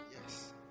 Yes